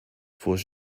fuhr